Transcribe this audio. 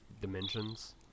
dimensions